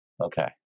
Okay